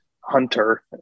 hunter